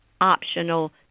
optional